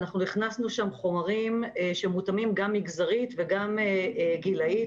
הכנסנו שם חומרים שמותאמים גם מגזרית וגם גילאית,